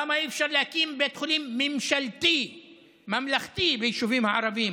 למה אי-אפשר להקים בית חולים ממשלתי ממלכתי ביישובים הערביים?